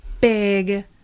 big